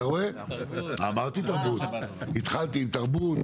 אמרתי תרבות, התחלתי עם תרבות.